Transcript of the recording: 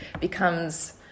becomes